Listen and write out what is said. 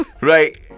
Right